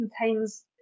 contains